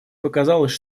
показалось